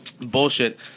bullshit